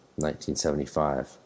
1975